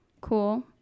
Cool